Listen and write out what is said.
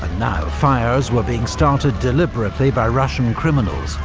ah now fires were being started deliberately by russian criminals,